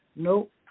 nope